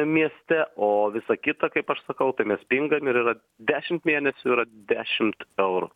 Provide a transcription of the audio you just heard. mieste o visa kita kaip aš sakau tai mes pingam ir yra dešimt mėnesių yra dešimt eurų